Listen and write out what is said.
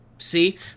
see